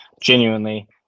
genuinely